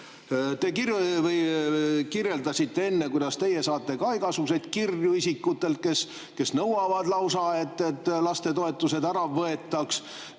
Te kirjeldasite enne, kuidas teie saate ka igasuguseid kirju isikutelt, kes nõuavad lausa, et lastetoetused ära võetaks.